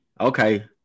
okay